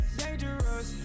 dangerous